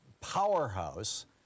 powerhouse